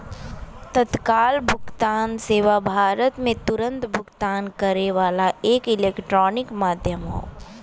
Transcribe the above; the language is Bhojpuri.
तत्काल भुगतान सेवा भारत में तुरन्त भुगतान करे वाला एक इलेक्ट्रॉनिक माध्यम हौ